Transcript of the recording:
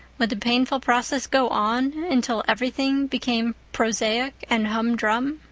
would the painful process go on until everything became prosaic and hum-drum?